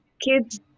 kids